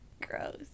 Gross